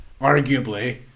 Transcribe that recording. arguably